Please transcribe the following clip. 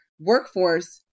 workforce